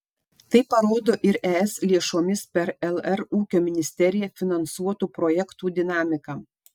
tai parodo ir es lėšomis per lr ūkio ministeriją finansuotų projektų dinamika